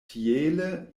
tiele